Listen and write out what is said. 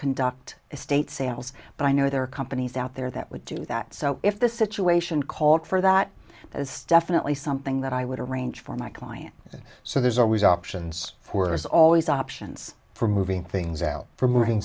conduct estate sales but i know there are companies out there that would do that so if the situation called for that as definitely something that i would arrange for my clients so there's always options for as always options for moving things out for moving